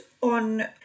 on